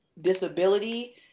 disability